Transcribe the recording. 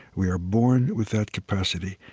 we are born with that capacity.